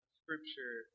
scripture